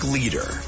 Leader